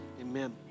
Amen